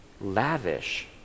lavish